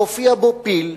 והופיע בו פיל,